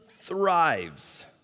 thrives